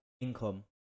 income